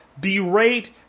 berate